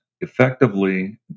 effectively